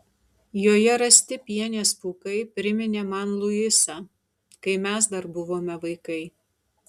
joje rasti pienės pūkai priminė man luisą kai mes dar buvome vaikai